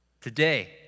Today